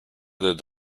added